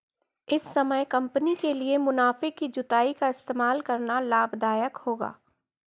इस समय कंपनी के लिए मुनाफे की जुताई का इस्तेमाल करना लाभ दायक होगा